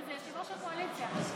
הינה, זה יושב-ראש הקואליציה.